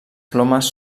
plomes